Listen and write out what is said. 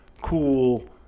cool